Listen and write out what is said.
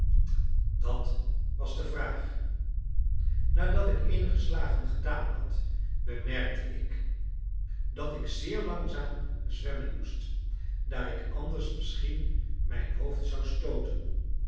dat was de vraag nadat ik eenige slagen gedaan had bemerkte ik dat ik zeer langzaam zwemmen moest daar ik anders misschien mijn hoofd zou stooten